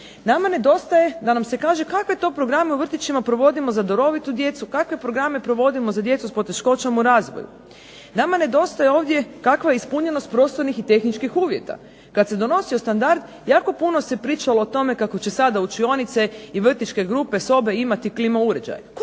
Nama nedostaje da nam se kaže kakve to programe u vrtićima provodimo za darovitu djecu, kakve programe provodimo za djecu s poteškoćama u razvoju. Nama nedostaje ovdje takva ispunjenost prostornih i tehničkih uvjeta. Kad se donosio standard jako puno se pričalo o tome kako će sada učionice i vrtićke grupe, sobe imati klima uređaje.